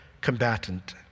combatant